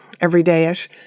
everyday-ish